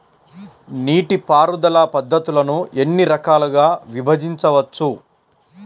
నీటిపారుదల పద్ధతులను ఎన్ని రకాలుగా విభజించవచ్చు?